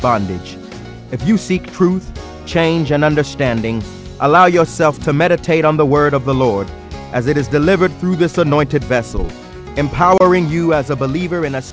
bondage if you seek truth change an understanding allow yourself to meditate on the word of the lord as it is delivered through this anointed vessel empowering you as a believer in